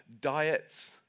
diets